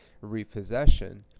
repossession